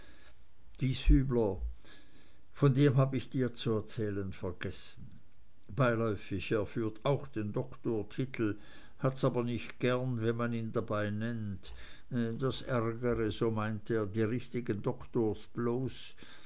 gieshübler von dem hab ich dir zu erzählen vergessen beiläufig er führt auch den doktortitel hat's aber nicht gern wenn man ihn dabei nennt das ärgere so meint er die richtigen doktoren bloß